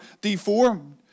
deformed